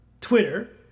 Twitter